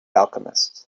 alchemist